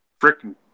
freaking